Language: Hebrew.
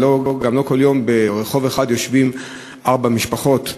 אבל גם לא כל יום ברחוב אחד יושבות ארבע משפחות,